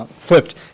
Flipped